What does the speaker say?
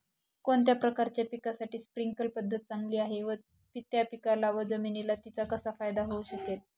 कोणत्या प्रकारच्या पिकासाठी स्प्रिंकल पद्धत चांगली आहे? त्या पिकाला व जमिनीला तिचा कसा फायदा होऊ शकेल?